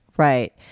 right